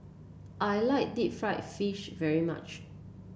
I like Deep Fried Fish very much